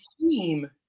team